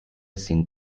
sind